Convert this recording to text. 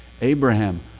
Abraham